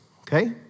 okay